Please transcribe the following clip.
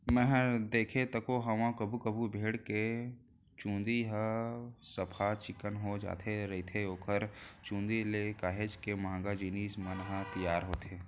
मैंहर देखें तको हंव कभू कभू भेड़ी के चंूदी ह सफ्फा चिक्कन हो जाय रहिथे ओखर चुंदी ले काहेच के महंगा जिनिस मन ह तियार होथे